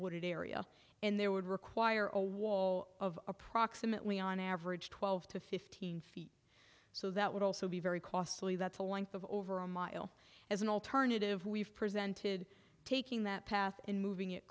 wooded area and there would require a wall of approximately on average twelve to fifteen feet so that would also be very costly that's a length of over a mile as an alternative we've presented taking that path and moving it